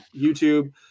YouTube